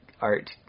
art